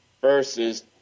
versus